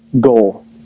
goal